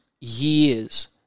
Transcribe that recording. years